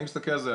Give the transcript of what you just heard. אני מסתכל על זה,